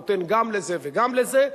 נותן גם לזה וגם לזה,